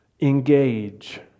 Engage